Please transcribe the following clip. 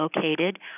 located